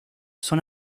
son